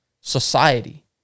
society